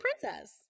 princess